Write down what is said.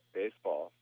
baseball